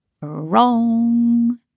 Wrong